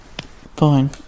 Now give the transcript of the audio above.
Fine